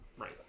Right